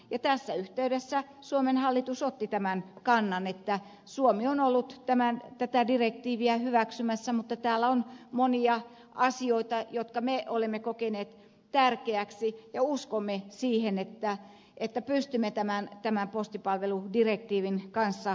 ja tässä yhteydessä suomen hallitus otti tämän kannan että suomi on ollut tätä direktiiviä hyväksymässä mutta täällä on monia asioita jotka me olemme kokeneet tärkeiksi ja uskomme siihen että pystymme tämän postipalveludirektiivin kanssa elämään